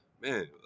man